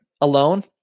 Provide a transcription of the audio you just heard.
alone